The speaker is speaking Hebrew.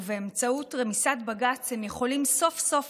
ובאמצעות רמיסת בג"ץ הם יכולים סוף-סוף